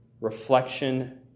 Reflection